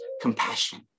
compassion